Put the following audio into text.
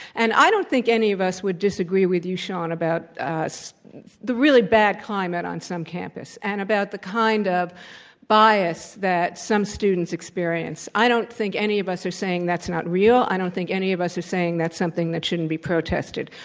and i don't think any of us would disagree with you, shaun about the really bad climate on some campuses, and about the kind of bias that some students experience. i don't think any of us are saying that's not real. i don't think any of us are saying that's something that shouldn't be protested.